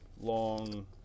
long